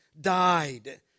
Died